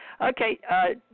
Okay